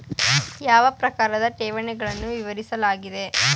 ಯಾವ ಪ್ರಕಾರದ ಠೇವಣಿಗಳನ್ನು ವಿವರಿಸಲಾಗಿದೆ?